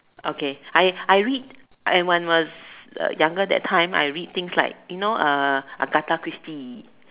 okay I I read I when was younger that time I read things like you know uh Agatha-Christie